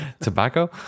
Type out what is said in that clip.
tobacco